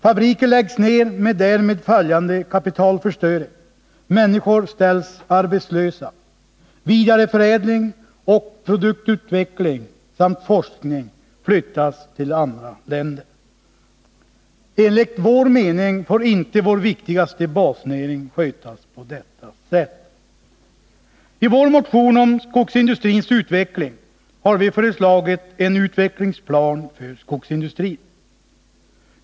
Fabriker läggs ner med därmed följande kapitalförstöring, människor ställs arbetslösa, vidareförädling och produktutveckling samt forskning flyttas till andra länder. Enligt vår mening får inte vår vikigaste basnäring skötas på detta sätt. I vår motion om skogsindustrins utveckling har vi föreslagit en utvecklingsplan för skogsindustrin.